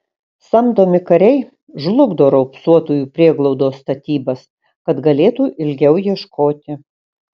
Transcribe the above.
samdomi kariai žlugdo raupsuotųjų prieglaudos statybas kad galėtų ilgiau ieškoti